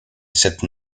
cette